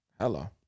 Hello